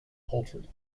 poultry